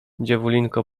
dziewulinko